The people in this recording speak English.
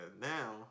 Now